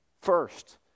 first